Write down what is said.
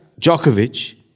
Djokovic